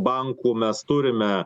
bankų mes turime